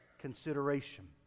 consideration